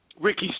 Ricky